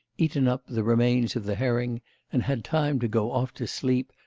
eaten up the remains of the herring and had time to go off to sleep,